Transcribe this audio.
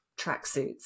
tracksuits